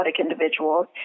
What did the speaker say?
individuals